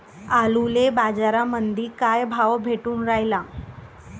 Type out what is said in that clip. आलूले बाजारामंदी काय भाव भेटून रायला?